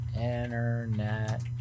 internet